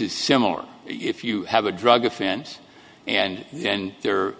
is similar if you have a drug offense and then there